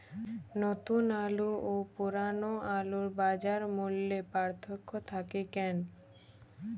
নতুন আলু ও পুরনো আলুর বাজার মূল্যে পার্থক্য থাকে কেন?